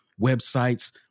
Websites